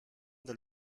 dont